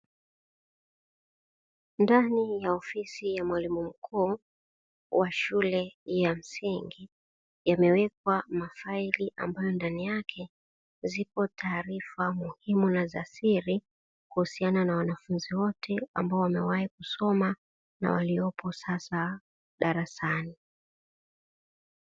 Ndani ya ofisi ya mwalimu mkuu wa shule ya msingi, yamewekwa mafaili ambayo ndani yake zipo taarifa muhimu na za siri kuhusiana na wanafunzi wote, ambao wamewahi kusoma na waliopo sasa darasani.